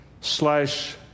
slash